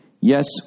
yes